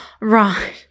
Right